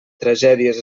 tragèdies